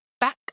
back